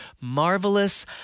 marvelous